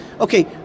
Okay